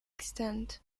extinct